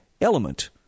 element